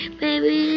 baby